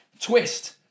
twist